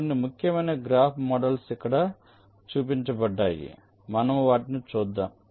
కొన్ని ముఖ్యమైన graph models ఇక్కడ చూపించబడ్డాయి మనము వాటిని చూద్దాము